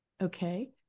Okay